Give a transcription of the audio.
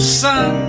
sun